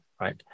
right